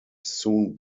soon